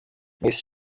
miss